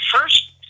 first